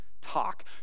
talk